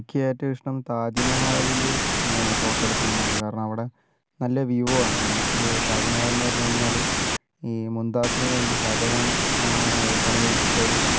എനിക്കേറ്റവും ഇഷ്ട്ം താജ് മഹാലിൽ ഫോട്ടോ എടുക്കണമെന്നാണ് കാരണം അവിടെ നല്ല വ്യൂവാണ് നമുക്ക് താജ് മഹാലെന്ന് പറഞ്ഞു കഴിഞ്ഞാൽ ഈ മുംതാസിന് വേണ്ടി ഷാജഹാൻ പണി കഴിപ്പിച്ച ഒരു